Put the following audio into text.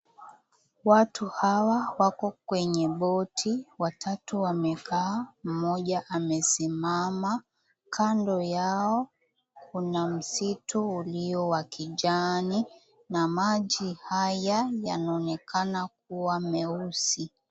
Watu hawa wako kwenye boti, watatu wamekaa, mmoja amesimama. Kando yao kuna msitu ulio wa kijani na maji haya yanaonekana kuwa meusi.